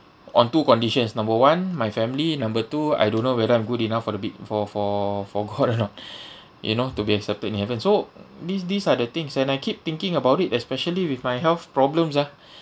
on two conditions number one my family number two I don't know whether I'm good enough for the big for for for god or not you know to be accepted in heaven so these these are the things and I keep thinking about it especially with my health problems ah